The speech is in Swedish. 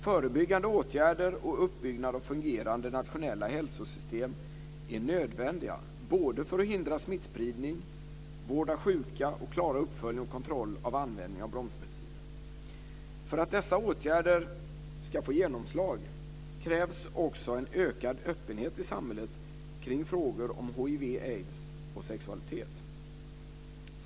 Förebyggande åtgärder och uppbyggnad av fungerande nationella hälsosystem är nödvändiga för att hindra smittspridning, vårda sjuka och klara uppföljning och kontroll av användning av bromsmediciner. För att dessa åtgärder ska få genomslag krävs också en ökad öppenhet i samhället kring frågor om hiv/aids och sexualitet.